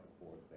forward